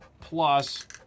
plus